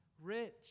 rich